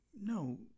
no